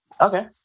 Okay